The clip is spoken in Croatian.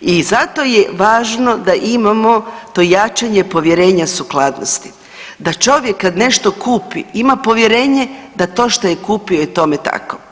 i zato je važno da imamo to jačanje povjerenja sukladnosti da čovjek kada nešto kupi ima povjerenje da to što je kupio je tome tako.